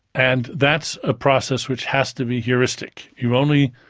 and that's a process which has to be heuristic. you only.